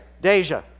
Deja